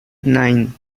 nine